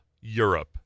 Europe